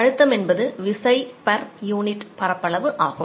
அழுத்தம் என்பது விசை யூனிட் பரப்பளவு ஆகும்